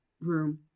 room